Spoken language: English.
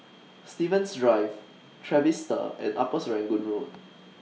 Stevens Drive Trevista and Upper Serangoon Road